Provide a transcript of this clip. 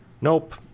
nope